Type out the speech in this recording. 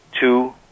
Two